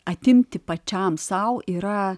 atimti pačiam sau yra